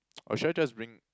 or should I just bring